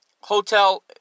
hotel